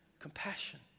compassion